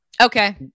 Okay